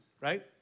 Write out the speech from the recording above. right